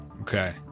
Okay